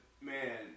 man